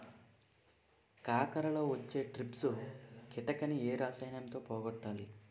కాకరలో వచ్చే ట్రిప్స్ కిటకని ఏ రసాయనంతో పోగొట్టాలి?